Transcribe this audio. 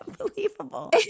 unbelievable